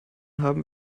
haben